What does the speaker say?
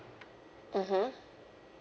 mmhmm